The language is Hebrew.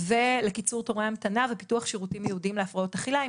ולקיצור תורי המתנה ופיתוח שירותים ייעודים להפרעות אכילה עם